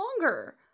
longer